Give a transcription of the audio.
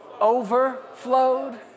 overflowed